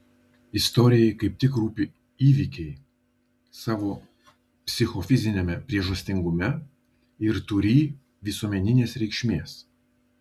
istorijai kaip tik rūpi įvykiai savo psichofiziniame priežastingume ir turį visuomeninės reikšmės